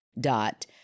dot